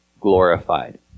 glorified